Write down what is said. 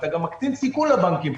בכך אתה גם מקטין סיכון לבנקים.